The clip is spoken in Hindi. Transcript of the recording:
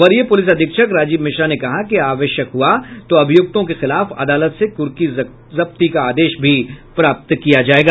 वरीय पुलिस अधीक्षक राजीव मिश्रा ने कहा कि आवश्यक हुआ तो अभियुक्तों के खिलाफ अदालत से कुर्की जब्ती का आदेश भी प्राप्त किया जायेगा